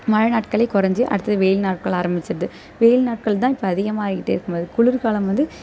மழை நாட்களே கொறஞ்சு அடுத்து வெயில் நாட்கள் ஆரம்பிச்சுடுது வெயில் நாட்கள் தான் இப்போ அதிகமாக ஆயிகிட்டே இருக்கும் போது குளிர்காலம் வந்து